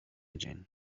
dzień